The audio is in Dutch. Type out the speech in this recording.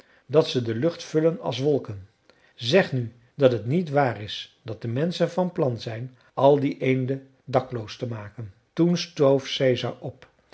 dat ze de lucht vullen als wolken zeg nu dat het niet waar is dat de menschen van plan zijn al die eenden dakloos te maken toen stoof caesar op